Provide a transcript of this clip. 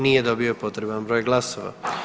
Nije dobio potreban broj glasova.